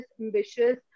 ambitious